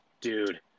Dude